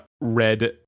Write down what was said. red